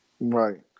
right